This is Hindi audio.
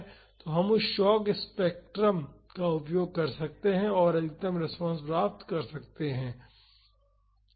तो हम उस शॉक स्पेक्ट्रम का उपयोग कर सकते हैं और अधिकतम रेस्पॉन्स प्राप्त कर सकते हैं